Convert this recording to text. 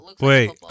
Wait